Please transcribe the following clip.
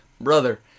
Brother